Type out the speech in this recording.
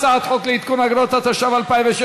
הצעת חוק לעדכון אגרות, התשע"ו 2016,